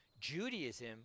Judaism